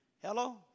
Hello